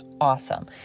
awesome